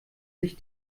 sich